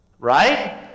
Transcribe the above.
Right